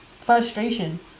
frustration